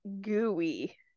gooey